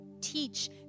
teach